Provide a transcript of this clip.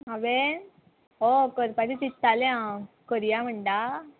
हांवेन होय करपाचें चिततालें हांव करया म्हणटा